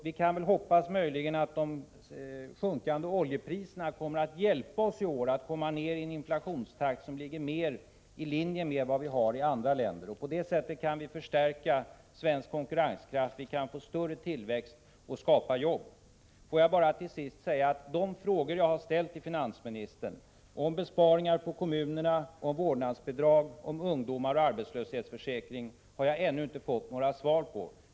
Vi kan möjligen hoppas på att de sjunkande oljepriserna kommer att hjälpa oss i år, så att vi kommer ned till en inflationstakt som ligger mer i linje med inflationstakten i andra länder. På det sättet kan vi förstärka den svenska konkurrenskraften, och vi kan få större tillväxt och skapa arbeten. Får jag till sist bara säga att på de frågor som jag har ställt till finansministern om besparingar beträffande kommunerna, om vårdnadsbidrag och om ungdomar och arbetslöshetsförsäkring har jag ännu inte fått något svar.